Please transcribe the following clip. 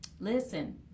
listen